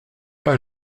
pas